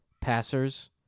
passers